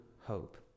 hope